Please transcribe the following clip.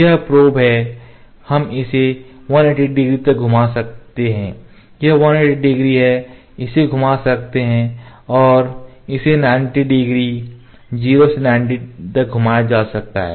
यह प्रोब है हम इसे 180 डिग्री तक घुमा सकते हैं यह 180 डिग्री है इसे घुमा सकते हैं और इसे 90 डिग्री 0 से 90 तक घुमाया जा सकता है